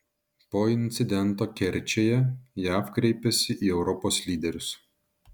po incidento kerčėje jav kreipiasi į europos lyderius